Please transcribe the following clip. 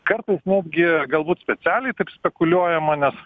kartais netgi galbūt specialiai taip spekuliuojama nes